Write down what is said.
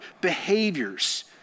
behaviors